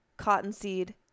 Cottonseed